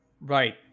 Right